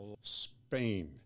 Spain